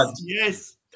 yes